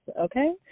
okay